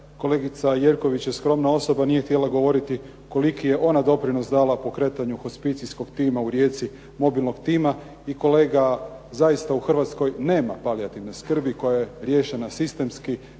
kolegica je skromna osoba nije htjela govoriti koliki je ona doprinos dala pokretanju hospicijskog tima u Rijeci, mobilnog tima i kolega zaista u Hrvatskoj nema palijativne skrbi koja je riješena sistemski,